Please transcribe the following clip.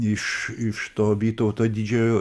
iš iš to vytauto didžiojo